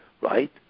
right